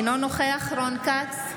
אינו נוכח רון כץ,